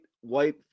White